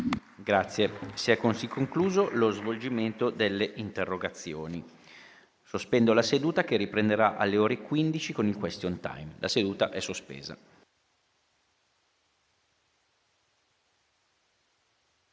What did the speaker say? Si è così concluso lo svolgimento delle interrogazioni. Sospendo la seduta, che riprenderà alle ore 15 con il *question time*. *(La seduta, sospesa